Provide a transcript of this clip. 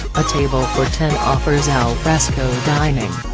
a table for ten offers al fresco dining.